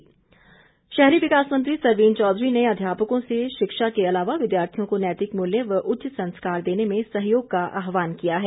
सरवीण चौघरी शहरी विकास मंत्री सरवीण चौधरी ने अध्यापकों से शिक्षा के अलावा विद्यार्थियों को नैतिक मूल्य व उच्च संस्कार देने में सहयोग का आहवान किया है